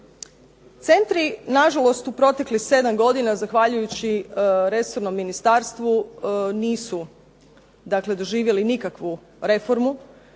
Centri na žalost u proteklih 7 godina, zahvaljujući resornom ministarstvu nisu doživjeli nikakvu reformu,